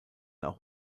auch